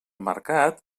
mercat